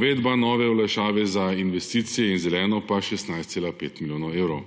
uvedba nove olajšave za investicije in zeleno pa 16,5 milijona evrov.